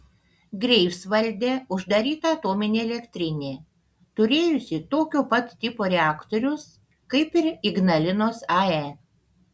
greifsvalde uždaryta atominė elektrinė turėjusi tokio pat tipo reaktorius kaip ir ignalinos ae